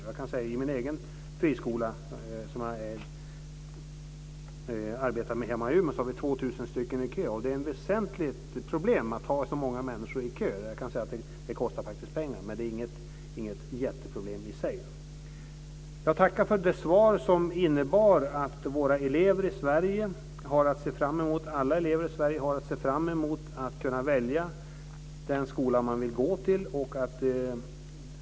Jag kan säga att i min egen friskola, som jag arbetar med hemma i Umeå, har vi 2 000 personer i kö. Det är ett väsentligt problem att ha så många människor i en kö. Det kostar faktiskt pengar, men det är inget jätteproblem i sig. Jag tackar för det svar som innebar att alla elever i Sverige har att se fram emot att kunna välja den skola de vill gå till.